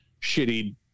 shitty